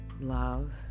Love